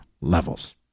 levels